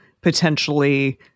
potentially